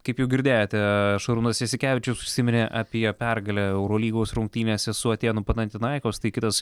kaip jau girdėjote šarūnas jasikevičius užsiminė apie pergalę eurolygos rungtynėse su atėnų panatinaikos tai kitas